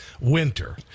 winter